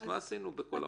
מה עשינו בכל החוק הזה?